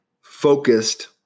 focused